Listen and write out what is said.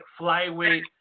flyweight